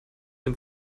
dem